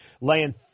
laying